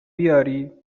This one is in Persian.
بیاری